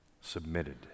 submitted